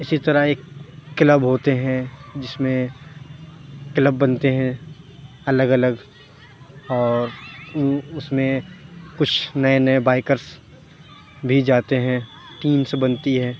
اِسی طرح ایک کلب ہوتے ہیں جس میں کلب بنتے ہیں الگ الگ اور اُ اُس میں کچھ نئے نئے بائکرس بھی جاتے ہیں ٹیمس بنتی ہیں